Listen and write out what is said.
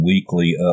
weekly